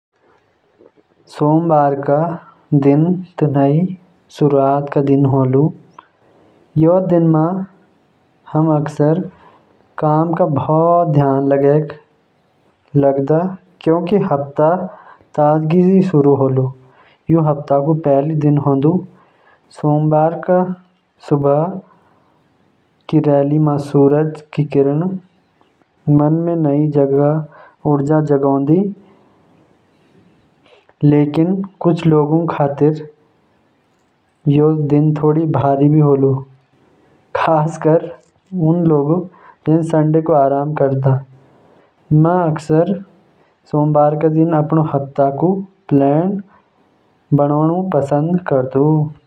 सोमवार क दिन तो नई शुरुआत क दिन होलु। यो दिन म अक्सर काम क बहुत ध्यान लगदु क्युकि हफ्ता ताजगी स शुरू होलु। सोमबार क सुबह क रौली स सूरज क किरण मन म नई उर्जा ल्यांदु। लेकिन कुछ लोगन खातर यो दिन थोड़ो भारी भी होलु, खास कर उनु जो संडे म आराम करदा। म अक्सर सोमबार क दिन अपणा हफ्ता क प्लान बनाणा पसंद करदु।